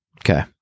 Okay